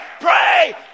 pray